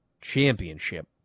Championship